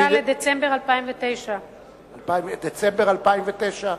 23 בדצמבר 2009. דצמבר 2009,